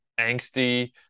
angsty